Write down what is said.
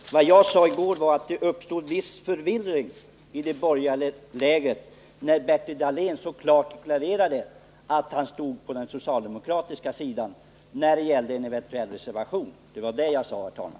Herr talman! Mycket kort: Vad jag sade i går var att det uppstod viss förvirring i det borgerliga lägret, när Bertil Dahlén så klart deklarerade att han stod på den socialdemokratiska sidan då det gällde en eventuell reservation. Det var det jag sade, herr talman.